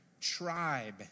tribe